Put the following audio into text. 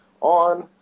on